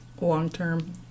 long-term